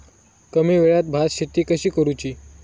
कमी वेळात भात शेती कशी करुची?